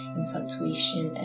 infatuation